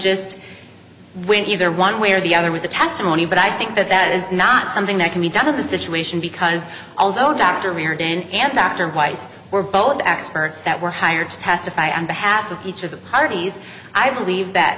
just win either one way or the other with the testimony but i think that that is not something that can be done of the situation because although dr reardon and dr weiss were both the experts that were hired to testify on behalf of each of the parties i believe that